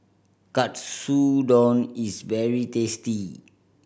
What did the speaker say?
katsudon is very tasty